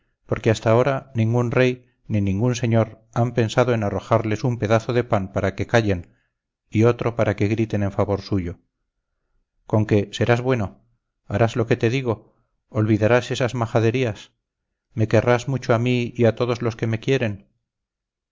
porque hasta ahora ningún rey ni ningún señor han pensado en arrojarles un pedazo de pan para que callen y otro para que griten en favor suyo conque serás bueno harás lo que te digo olvidarás esas majaderías me querrás mucho a mí y a todos los que me quieren